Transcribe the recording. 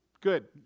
Good